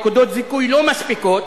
נקודות זיכוי לא מספיקות,